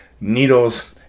needles